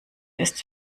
ist